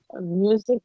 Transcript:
Music